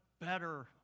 better